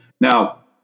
Now